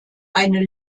eine